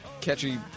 catchy